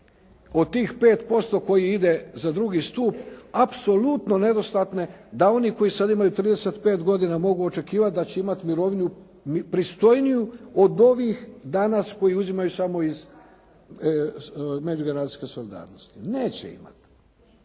od tih 5% kojih ide za drugi stup apsolutno nedostatne da oni koji sada imaju 35 godina mogu očekivati da će imati mirovinu pristojniju od ovih danas koji uzimaju samo iz međugeneracijske solidarnosti. Neće imati.